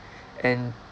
and